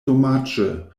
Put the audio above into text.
domaĝe